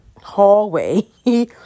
hallway